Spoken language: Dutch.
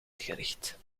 gericht